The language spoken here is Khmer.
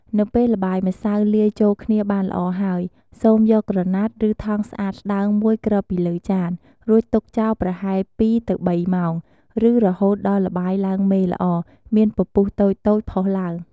នៅពេលល្បាយម្សៅលាយចូលគ្នាបានល្អហើយ សូមយកក្រណាត់ ឬថង់ស្អាតស្តើងមួយគ្របពីលើចាន រួចទុកចោលប្រហែល ២ទៅ៣ ម៉ោង ឬរហូតដល់ល្បាយឡើងមេល្អ មានពពុះតូចៗផុសឡើង។